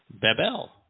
Babel